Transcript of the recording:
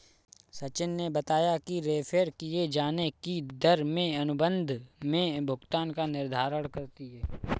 सचिन ने बताया कि रेफेर किये जाने की दर में अनुबंध में भुगतान का निर्धारण करती है